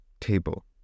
table